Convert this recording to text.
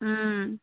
ओम